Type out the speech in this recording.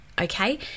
Okay